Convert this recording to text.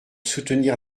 soutenir